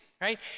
right